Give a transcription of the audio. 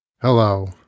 Hello